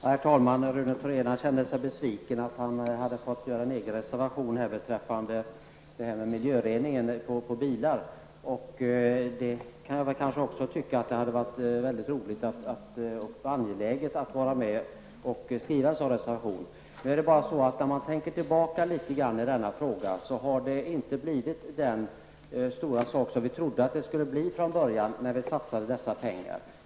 Herr talman! Rune Thorén kände sig besviken över att han hade fått göra en egen reservation beträffande miljörening av bilar. Jag kan också tycka att det hade varit mycket roligt och angeläget att vara med och skriva en sådan reservation. När man tänker tillbaka litet i denna fråga, finner man att den inte har blivit den stora sak som vi trodde att den skulle bli från början när vi satsade pengar.